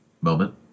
moment